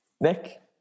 Nick